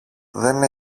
δεν